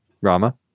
Rama